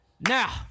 Now